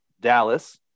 Dallas